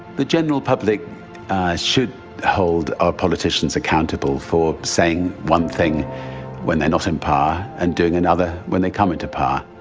the general public should hold politicians accountable for saying one thing when they're not in power and doing another when they come into power.